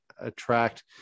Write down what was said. attract